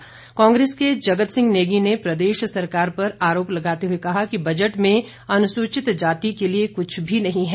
वहीं कांग्रेस के जगत सिंह नेगी ने प्रदेश सरकार पर आरोप लगाते हुए कहा कि बजट में अनुसूचित जाति के लिए कुछ भी नहीं है